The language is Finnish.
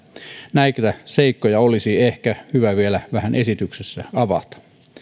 näitä seikkoja olisi ehkä hyvä vielä vähän esityksessä avata